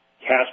cast